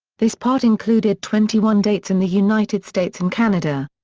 this part included twenty one dates in the united states and canada.